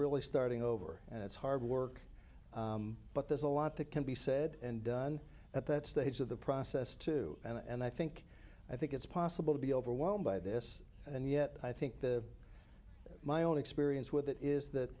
really starting over and it's hard work but there's a lot that can be said and done at that stage of the process too and i think i think it's possible to be overwhelmed by this and yet i think the my own experience with it is that